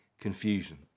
confusion